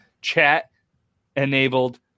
chat-enabled